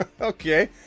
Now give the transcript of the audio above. Okay